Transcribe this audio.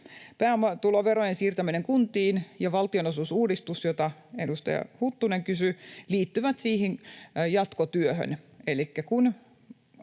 Pääomatuloverojen siirtäminen kuntiin ja valtionosuusuudistus, josta edustaja Huttunen kysyi, liittyvät siihen jatkotyöhön,